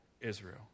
Israel